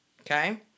Okay